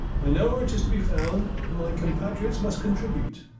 i know where it is to be found, and my compatriots must contribute.